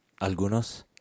Algunos